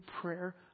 prayer